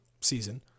season